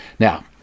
Now